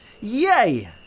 Yay